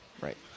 Right